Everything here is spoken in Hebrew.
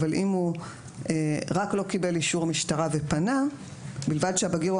אבל אם הוא רק לא קיבל אישור משטרה ופנה: "ובלבד שהבגיר או